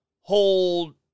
hold